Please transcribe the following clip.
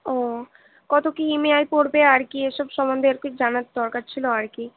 ও কত কি ইএমআই পড়বে আর কি ওসব সম্মন্ধে আর কি জানার দরকার ছিলো আর কি